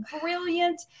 brilliant